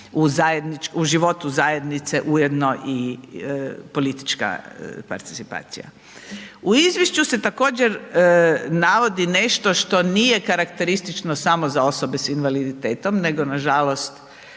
u životu zajednice ujedno i politička participacija. U izvješću se također navodi nešto što nije karakteristično samo za osobe s invaliditetom, nego nažalost